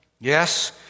Yes